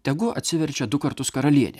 tegu atsiverčia du kartus karalienė